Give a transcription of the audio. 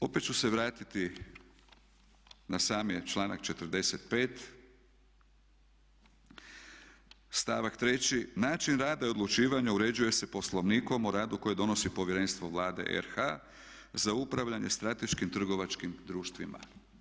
Opet ću se vratiti na sami članak 45.stavak 3. način rada i odlučivanja uređuje se Poslovnikom o radu koji donosi Povjerenstvo Vlade RH za upravljanje strateškim trgovačkim društvima.